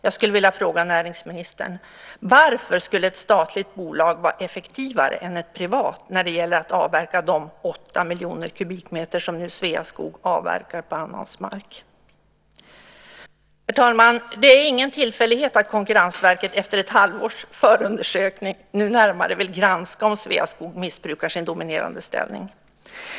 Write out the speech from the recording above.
Jag skulle vilja fråga näringsministern varför ett statligt bolag skulle vara effektivare än ett privat när det gäller att avverka de 8 miljoner kubikmeter som nu Sveaskog avverkar på annans mark. Herr talman! Det är ingen tillfällighet att Konkurrensverket efter ett halvårs förundersökning nu närmare vill granska om Sveaskog missbrukar sin dominerande ställning.